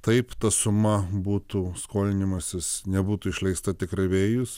taip ta suma būtų skolinimasis nebūtų išleista tikrai vėjus